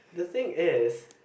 the thing is